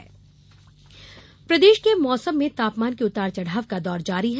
मौसम प्रदेश के मौसम में तापमान के उतार चढ़ाव का दौर जारी है